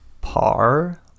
par